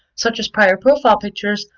such as prior profile pictures,